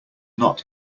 not